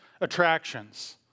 attractions